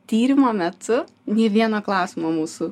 tyrimo metu nei vieno klausimo mūsų